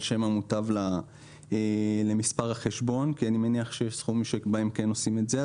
שם המוטב למספר החשבון כי אני מניח שיש סכומים שבהם כן עושים את זה.